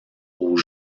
aux